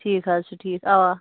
ٹھیٖک حظ چھُ ٹھیٖک اَوا